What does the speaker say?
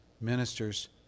ministers